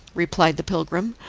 replied the pilgrim,